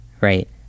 right